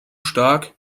stark